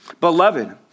Beloved